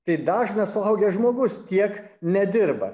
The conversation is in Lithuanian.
tai dažnas suaugęs žmogus tiek nedirba